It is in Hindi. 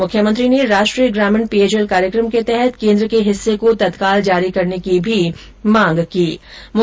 मुख्यमंत्री ने राष्ट्रीय ग्रामीण पेयजल कार्यक्रम के तहत केन्द्र के हिस्से को तत्काल जारी करने की भी मांग की है